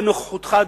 בנוכחותך,